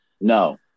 No